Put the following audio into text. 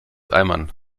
eimern